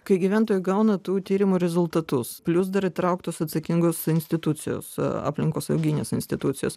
kai gyventojai gauna tų tyrimų rezultatus plius dar įtrauktos atsakingos institucijos aplinkosauginės institucijos